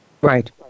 Right